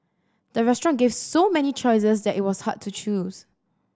the restaurant gave so many choices that it was hard to choose